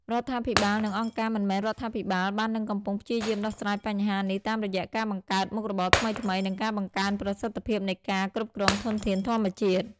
រដ្ឋាភិបាលនិងអង្គការមិនមែនរដ្ឋាភិបាលបាននិងកំពុងព្យាយាមដោះស្រាយបញ្ហានេះតាមរយៈការបង្កើតមុខរបរថ្មីៗ និងការបង្កើនប្រសិទ្ធភាពនៃការគ្រប់គ្រងធនធានធម្មជាតិ។